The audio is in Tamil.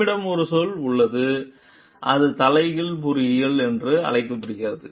நம்மிடம் ஒரு சொல் உள்ளது அது தலைகீழ் பொறியியல் என்று அழைக்கப்படுகிறது